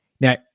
Now